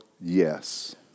Yes